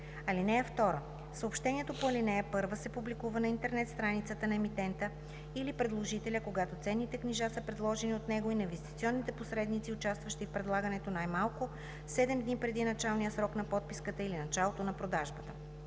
(2) Съобщението по ал. 1 се публикува на интернет страницата на емитента или предложителя, когато ценните книжа са предложени от него, и на инвестиционните посредници, участващи в предлагането, най-малко 7 дни преди началния срок на подписката или началото на продажбата.